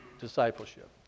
discipleship